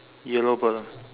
yellow bird lah